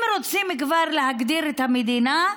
אם רוצים כבר להגדיר את המדינה,